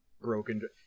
broken